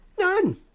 None